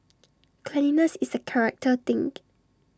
cleanliness is A character thing